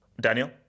Daniel